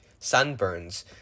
Sunburns